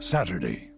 Saturday